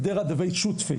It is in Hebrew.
קדרה דבי שותפי.